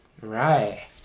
right